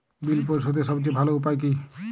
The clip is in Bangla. বিল পরিশোধের সবচেয়ে ভালো উপায় কী?